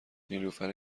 نیلوفر